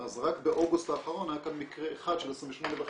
אז רק באוגוסט האחרון היה כאן מקרה אחד של 28.5